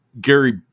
Gary